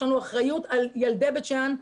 יש לנו אחריות על ילדי בית שאן,